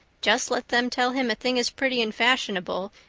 just let them tell him a thing is pretty and fashionable,